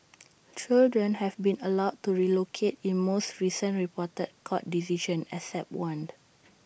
children have been allowed to relocate in most recent reported court decisions except one